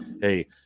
hey